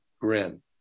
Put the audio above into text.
grin